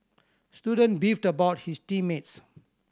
the student beefed about his team mates